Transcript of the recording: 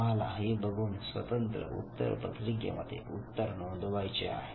तुम्हाला हे बघून स्वतंत्र उत्तरपत्रिकेमध्ये उत्तर नोंदवायचे आहेत